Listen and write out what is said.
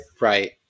Right